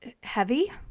heavy